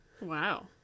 Wow